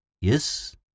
Yes